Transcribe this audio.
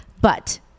But-